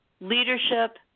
leadership